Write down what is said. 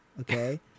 Okay